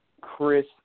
Chris